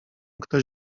ktoś